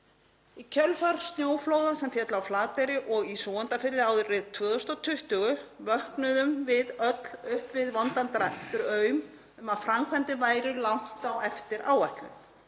Í kjölfar snjóflóða sem féllu á Flateyri og í Súgandafirði árið 2020 vöknuðum við öll upp við vondan draum um að framkvæmdir væru langt á eftir áætlun.